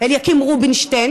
אליקים רובינשטיין,